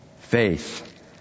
faith